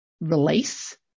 release